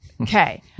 okay